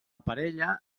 parella